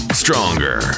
Stronger